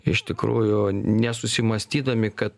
iš tikrųjų nesusimąstydami kad